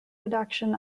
reduction